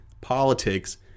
politics